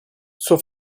suo